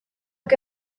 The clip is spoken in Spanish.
que